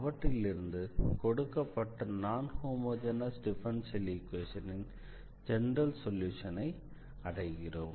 அவற்றிலிருந்து கொடுக்கப்பட்ட நான் ஹோமொஜெனஸ் டிஃபரன்ஷியல் ஈக்வேஷனின் ஜெனரல் சொல்யூஷனை அடைகிறோம்